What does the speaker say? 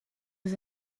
was